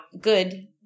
good